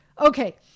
Okay